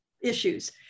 issues